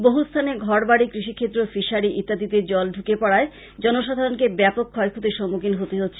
বহু স্থানে ঘরবাড়ী কৃষিক্ষেত্র ফিশারী ইত্যাদিতে জল ঢুকে পড়ায় জনসাধারনকে ব্যাপক ক্ষয়ক্ষতির সম্মুখীন হতে হচ্ছে